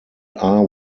are